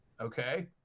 Okay